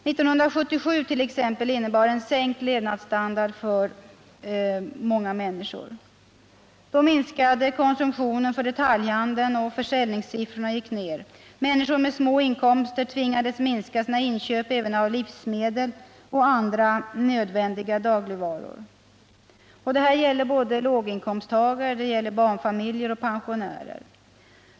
1977 1. ex. innebar en sänkt levnadsstandard för många människor. Då minskade konsumtionen för detaljhandeln, och försäljningssiffrorna gick ner. Människor med små inkomster tvingades minska sina inköp även av livsmedel och andra nödvändiga dagligvaror. Det här gäller 193 låginkomsttagare, barnfamiljer och pensionärer.